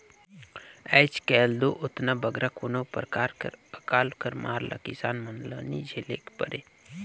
आएज काएल दो ओतना बगरा कोनो परकार कर अकाल कर मार ल किसान मन ल नी झेलेक परे